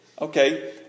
okay